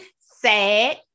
sad